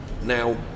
Now